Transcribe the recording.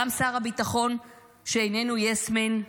גם שר ביטחון שאיננו יס-מן,